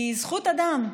היא זכות אדם,